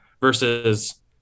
versus